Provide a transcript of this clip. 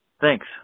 Thanks